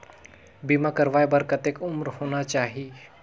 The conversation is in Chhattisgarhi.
बीमा करवाय बार कतेक उम्र होना चाही?